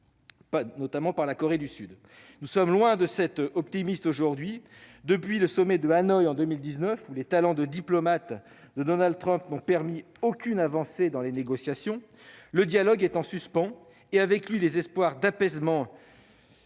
historique par la Corée du Sud. Nous sommes loin de cet optimisme aujourd'hui ! Depuis le sommet de Hanoï, en 2019, où les talents de diplomate de Donald Trump n'ont permis aucune avancée dans les négociations, le dialogue est en suspens et avec lui les espoirs d'apaisement.